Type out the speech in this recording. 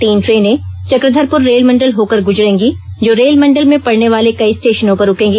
तीन ट्रेनें चक्रधरपुर रेलमंडल होकर गुजरेंगी जो रेल मंडल में पड़ने वाले कई स्टेशनों पर रूकेंगी